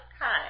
Hi